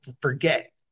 forget